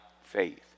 faith